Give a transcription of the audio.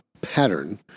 pattern